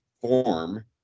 form